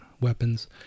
weapons